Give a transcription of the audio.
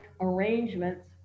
arrangements